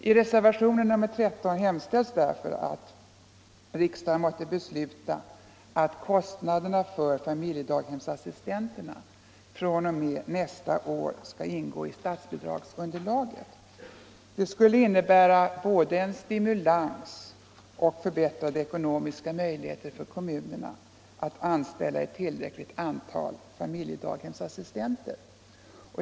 I reservationen 13 hemställs Ekonomiskt stöd åt därför att riksdagen måtte besluta att kostnaderna för familjedaghemsassistenterna fr.o.m. nästa år skall ingå i statsbidragsunderlaget. Detta skulle innebära både en stimulans och förbättrade ekonomiska möjligheter för kommunerna att anställa ett tillräckligt antal familjedaghemsassistenter.